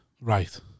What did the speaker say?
right